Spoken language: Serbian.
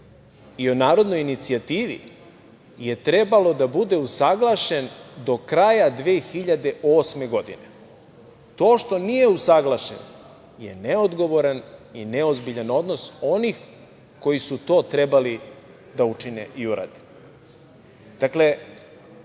i o narodnoj inicijativi je trebalo da bude usaglašen do kraja 2008. godine. To što nije usaglašen je neodgovoran i neozbiljan odnos onih koji su to trebali da učine i urade. Šta